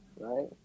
right